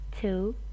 Two